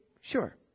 Sure